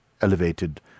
elevated